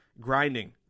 grinding